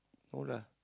no lah